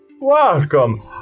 welcome